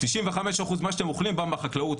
95 אחוזים ממה שאתם אוכלים בא מהחקלאות,